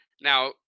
Now